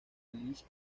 feliz